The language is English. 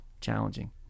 challenging